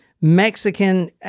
Mexican